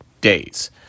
days